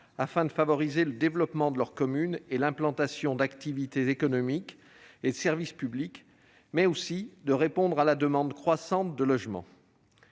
afin de favoriser le développement de leur commune et l'implantation d'activités économiques et de services publics, mais aussi de répondre à la demande croissante de logements.